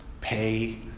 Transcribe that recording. Pay